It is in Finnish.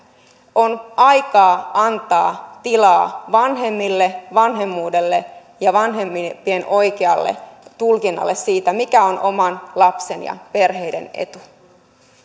on aika antaa tilaa vanhemmille vanhemmuudelle ja vanhempien oikealle tulkinnalle siitä mikä on oman lapsen ja perheiden etu